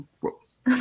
gross